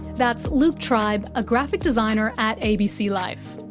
that's luke tribe, a graphic designer at abc life.